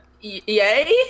Yay